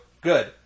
Good